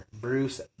Bruce